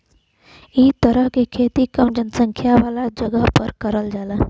इ तरह के खेती कम जनसंख्या वाला जगह पर करल जाला